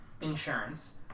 insurance